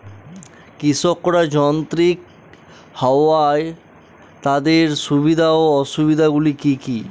কৃষকরা যান্ত্রিক হওয়ার তাদের সুবিধা ও অসুবিধা গুলি কি কি?